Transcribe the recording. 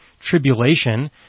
tribulation